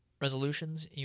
resolutions